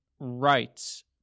rights